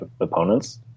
opponents